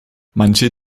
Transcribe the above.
manche